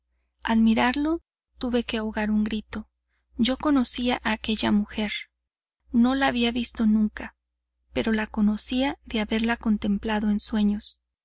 mirarlo tuve que ahogar un grito yo conocía a aquella mujer no la había visto nunca pero la conocía de haberla contemplado en sueños